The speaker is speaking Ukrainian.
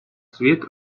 світ